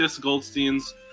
Goldstein's